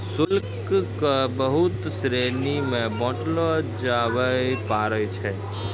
शुल्क क बहुत श्रेणी म बांटलो जाबअ पारै छै